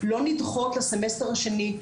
לא נדחות לסמסטר השני,